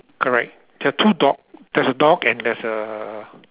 correct there are two dog there's a dog and there's a